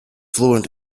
fluent